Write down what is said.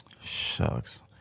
Shucks